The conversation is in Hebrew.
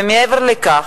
ומעבר לכך,